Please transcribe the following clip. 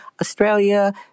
Australia